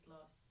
lost